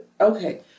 okay